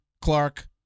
Clark